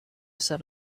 sat